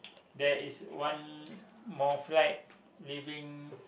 there is one more flight leaving